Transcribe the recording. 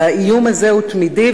והאיום הזה הוא תמידי,